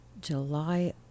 july